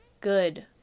good